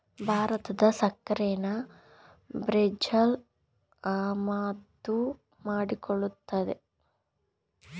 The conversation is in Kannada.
ಭಾರತದ ಸಕ್ಕರೆನಾ ಬ್ರೆಜಿಲ್ ಆಮದು ಮಾಡಿಕೊಳ್ಳುತ್ತದೆ